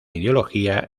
ideología